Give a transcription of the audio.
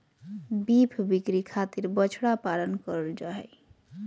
beef बिक्री खातिर बछड़ा पालन करल जा हय